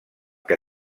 que